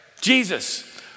Jesus